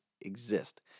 exist